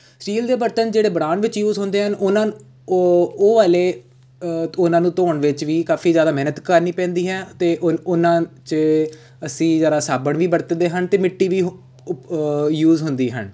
steel ਦੇ ਬਰਤਨ ਜਿਹੜੇ ਬਣਾਉਣ ਵਿੱਚ ਯੂਜ਼ ਹੁੰਦੇ ਹਨ ਉਹਨਾਂ ਉਹ ਉਹ ਵਾਲੇ ਉਹਨਾਂ ਨੂੰ ਧੋਣ ਵਿੱਚ ਵੀ ਕਾਫੀ ਜ਼ਿਆਦਾ ਮਿਹਨਤ ਕਰਨੀ ਪੈਂਦੀ ਹੈ ਅਤੇ ਉਰ ਉਹਨਾਂ 'ਚ ਅਸੀਂ ਜ਼ਰਾ ਸਾਬਣ ਵੀ ਵਰਤਦੇ ਹਨ ਅਤੇ ਮਿੱਟੀ ਵੀ ੳ ਯੂਜ਼ ਹੁੰਦੀ ਹਨ